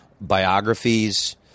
biographies